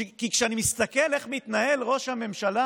כי כשאני מסתכל איך מתנהל ראש הממשלה